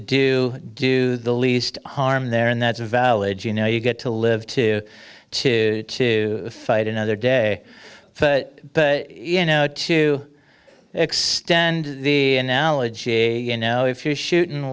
do do the least harm there and that's valid you know you get to live to two to fight another day but you know to extend the analogy a know if you're shootin